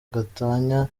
gatanya